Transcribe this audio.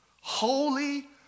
Holy